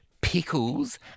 pickles